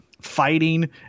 fighting